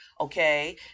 Okay